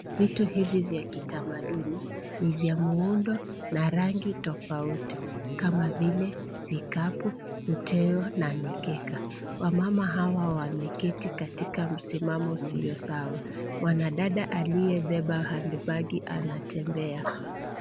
Vitu hivi vya kitamaduni ni vya muundo na rangi tofauti, kama vile vikapu, uteo na mikeka. Wamama hawa wameketi katika misimamo isiyo sawa. Mwanadada aliyebeba handibagi anatembea.